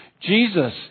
Jesus